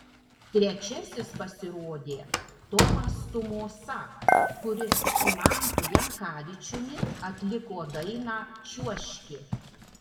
trečiasis pasirodė tomas tumosa kuris su mantu jankavičiumi atliko dainą čiuožki